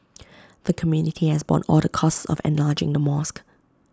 the community has borne all the costs of enlarging the mosque